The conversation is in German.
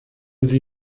sie